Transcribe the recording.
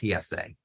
TSA